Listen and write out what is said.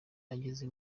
ageze